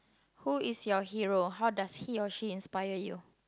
who is your hero how does he or she inspire you